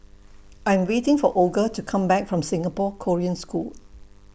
I'm waiting For Olga to Come Back from Singapore Korean School